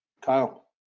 Kyle